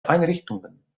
einrichtungen